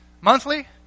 Monthly